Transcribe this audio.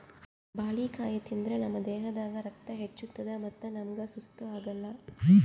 ಬಾಳಿಕಾಯಿ ತಿಂದ್ರ್ ನಮ್ ದೇಹದಾಗ್ ರಕ್ತ ಹೆಚ್ಚತದ್ ಮತ್ತ್ ನಮ್ಗ್ ಸುಸ್ತ್ ಆಗಲ್